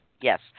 yes